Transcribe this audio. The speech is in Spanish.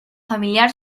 familiar